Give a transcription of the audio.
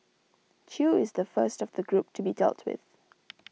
chew is the first of the group to be dealt with